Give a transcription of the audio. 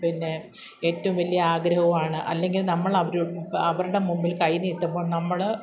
പിന്നെ ഏറ്റവും വലിയ ആഗ്രഹവുമാണ് അല്ലെങ്കിൽ നമ്മളവരുടെ അവരുടെ മുമ്പിൽ കൈ നീട്ടുമ്പോൾ നമ്മൾ